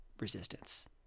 resistance